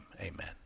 Amen